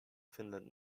finland